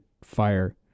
fire